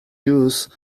use